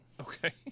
Okay